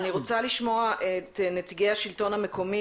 אני רוצה לשמוע מה נציגי השלטון המקומי